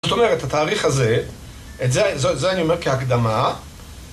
זאת אומרת, התאריך הזה, את זה, זה, זה אני אומר כהקדמה